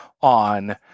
on